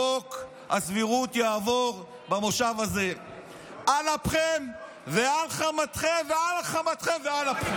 חוק הסבירות יעבור במושב הזה על אפכם ועל חמתכם ועל חמתכם ועל אפכם.